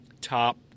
top